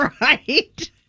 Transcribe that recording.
right